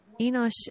Enosh